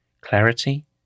Clarity